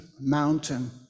mountain